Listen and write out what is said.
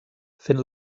fent